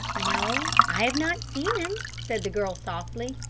no, i have not seen him, said the girl softly.